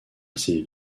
assez